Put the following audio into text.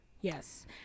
Yes